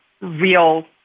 real